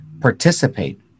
participate